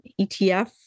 ETF